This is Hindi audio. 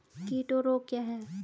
कीट और रोग क्या हैं?